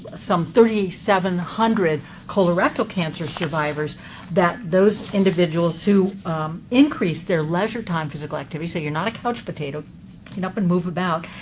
some three thousand seven hundred colorectal cancer survivors that those individuals who increased their leisure time physical activity, so you're not a coach potato, get up and move about,